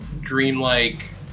dreamlike